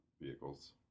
vehicles